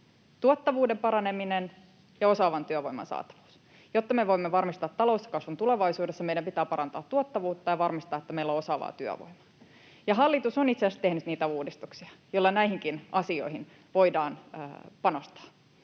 tuottavuuden paraneminen ja osaavan työvoiman saatavuus. Jotta me voimme varmistaa talouskasvun tulevaisuudessa, meidän pitää parantaa tuottavuutta ja varmistaa, että meillä on osaavaa työvoimaa. Ja hallitus on itse asiassa tehnyt niitä uudistuksia, joilla näihinkin asioihin voidaan panostaa,